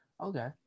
Okay